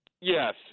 Yes